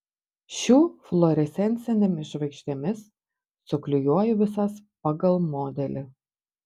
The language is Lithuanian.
šiu fluorescencinėmis žvaigždėmis suklijuoju visas pagal modelį